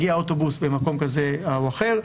הגיע אוטובוס במקום כזה או אחר.